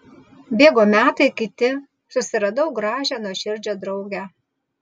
bėgo metai kiti susiradau gražią nuoširdžią draugę